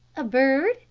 a bird,